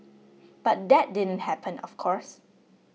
but that didn't happen of course